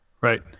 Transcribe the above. Right